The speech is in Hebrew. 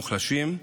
מוחלשים.